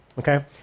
Okay